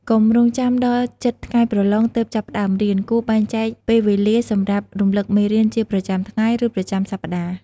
កុំរង់ចាំដល់ជិតថ្ងៃប្រឡងទើបចាប់ផ្តើមរៀន គួរបែងចែកពេលវេលាសម្រាប់រំលឹកមេរៀនជាប្រចាំថ្ងៃ ឬប្រចាំសប្តាហ៍។